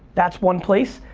that's one place.